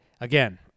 Again